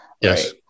Yes